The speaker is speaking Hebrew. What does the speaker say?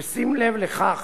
בשים לב לכך